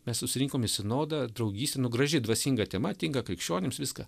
mes susirinkom į sinodą draugystė nu graži dvasinga tema tinka krikščionims viską